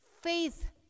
Faith